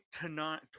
tonight